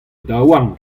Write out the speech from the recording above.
daouarn